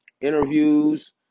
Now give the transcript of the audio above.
interviews